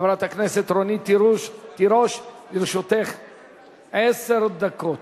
חברת הכנסת רונית תירוש, לרשותך עשר דקות.